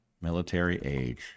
military-age